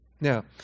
Now